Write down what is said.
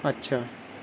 اچھا